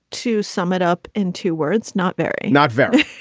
to sum it up in two words, not very, not very.